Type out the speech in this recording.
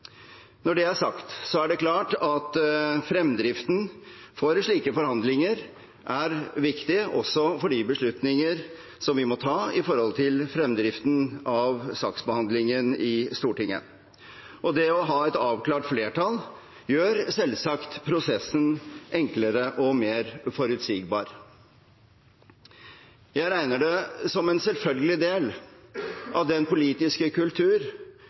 Når det er sagt, er det klart at fremdriften for slike forhandlinger er viktig også for de beslutninger som vi må ta når det gjelder fremdriften for saksbehandlingen i Stortinget. Det å ha et avklart flertall gjør selvsagt prosessen enklere og mer forutsigbar. Jeg regner det som en selvfølgelig del av den politiske kultur